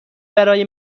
برای